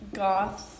goth